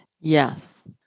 Yes